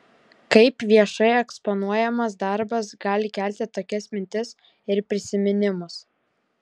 kaip viešai eksponuojamas darbas gali kelti tokias mintis ir prisiminimus